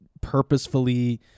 purposefully